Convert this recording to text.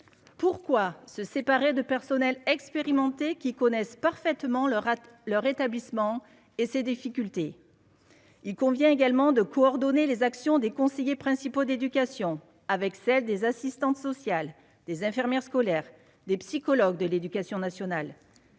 pourquoi se séparer de personnels expérimentés qui connaissent parfaitement le rate le rétablissement et ses difficultés, il convient également de coordonner les actions des conseillers principaux d'éducation avec celle des assistantes sociales, des infirmières scolaires, des psychologues de l'Éducation nationale,